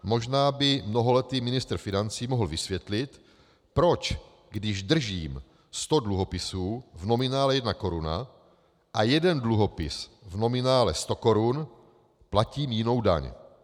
Možná by mnoholetý ministr financí mohl vysvětlit, proč když držím sto dluhopisů v nominále jedna koruna a jeden dluhopis v nominále sto korun, platím jinou daň.